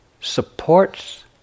supports